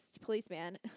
policeman